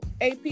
AP